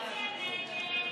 עתיד-תל"ם